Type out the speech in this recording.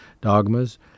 dogmas